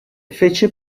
face